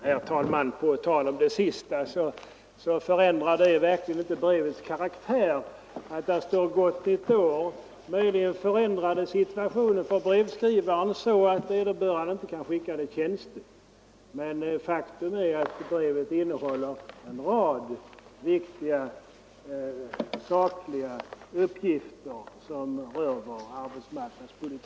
Herr talman! Att där står ”Gott Nytt År” förändrar verkligen inte brevets karaktär. Möjligen förändrar det situationen för brevskrivaren, så att han inte kan skicka det som tjänstebrev. Men faktum är att det här brevet innehåller en rad viktiga sakliga uppgifter som rör vår arbetsmarknadspolitik.